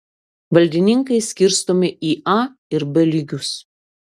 valdininkai skirstomi į a ir b lygius